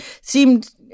seemed